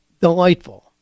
delightful